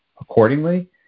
accordingly